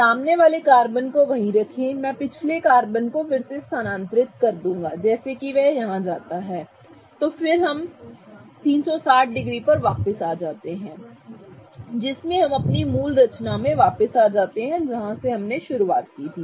सामने वाले कार्बन को वही रखें मैं पिछले कार्बन को फिर स्थानांतरित कर दूंगा जैसे कि वह यहाँ जाता है और फिर हम 360 डिग्री पर वापस आ जाते हैं जिसमें हम अपनी मूल रचना में वापस आ जाते हैं जहाँ से हमने शुरुआत की थी